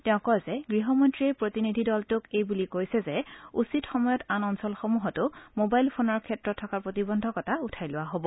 তেওঁ কয় যে গৃহমন্ত্ৰীয়ে প্ৰতিনিধি দলটোক এই বুলি কৈছে যে উচিত সময়ত আন অঞ্চলসমূহতো মোবাইল ফোনৰ ক্ষেত্ৰত থকা প্ৰতিবন্ধকতা উঠাই লোৱা হ'ব